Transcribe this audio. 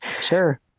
Sure